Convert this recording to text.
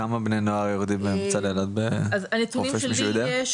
כמה בני נוער יורדים לאילת, מישהו יודע?